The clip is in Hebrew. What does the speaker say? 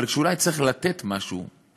אבל כשאולי צריך לתת משהו,